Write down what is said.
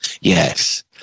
yes